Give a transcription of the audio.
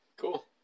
Cool